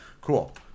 cool